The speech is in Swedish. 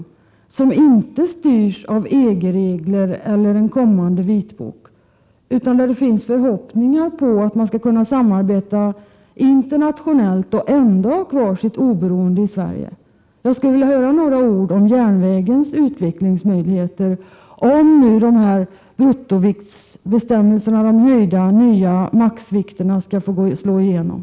Dessa människor styrs inte av EG-regler eller av en kommande vitbok, utan de har förhoppningar om att det är möjligt att samarbeta internationellt och ändå ha kvar sitt svenska oberoende. Jag skulle vilja höra några ord om järnvägens utvecklingsmöjligheter, om de nya bruttoviktsbestämmelserna och om de = Prot. 1987/88:114 höjda nya maximivikterna skall få slå igenom.